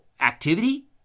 activity